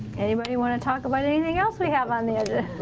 anybody want to talk about anything else we have on the